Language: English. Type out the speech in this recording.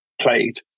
played